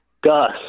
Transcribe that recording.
Gus